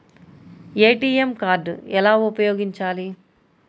ATM card ఎలా ఉపయోగించాలి?